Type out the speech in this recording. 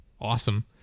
awesome